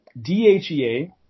DHEA